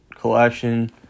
collection